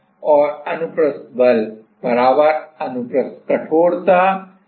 हमने देखा है कि विभिन्न प्रकार के वोल्टेज के लिए हमें अलग अलग मूलें मिलती हैं हमें अलग अलग संभावित मूलें मिलती हैं